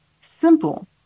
simple